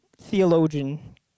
theologian